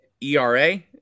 ERA